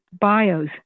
bios